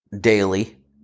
daily